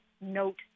note